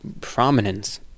prominence